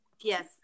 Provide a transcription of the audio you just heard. Yes